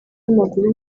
w’amaguru